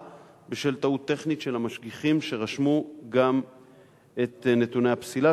בשל טעות טכנית של המשגיחים שרשמו גם את נתוני הפסילה.